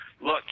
look